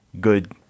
good